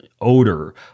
odor